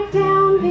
down